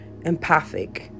empathic